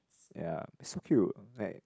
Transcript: ya so cute like